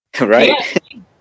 Right